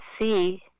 see